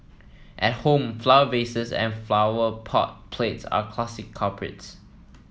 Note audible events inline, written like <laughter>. at home flower vases and flower pot plates are classic culprits <noise>